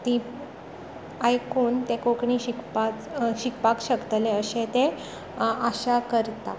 तीं आयकून ते कोंकणी शिकपाक शकतले अशे ते आशा करता